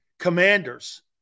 commanders